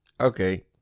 Okay